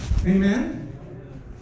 Amen